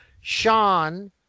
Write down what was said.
Sean